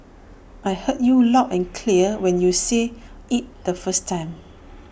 I heard you loud and clear when you said IT the first time